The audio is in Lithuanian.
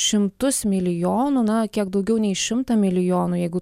šimtus milijonų na kiek daugiau nei šimtą milijonų jeigu